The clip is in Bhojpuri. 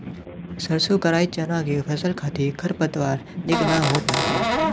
सरसों कराई चना के फसल खातिर खरपतवार निक ना होत बाटे